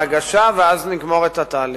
ואז נגמור את התהליך.